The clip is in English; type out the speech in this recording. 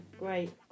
Great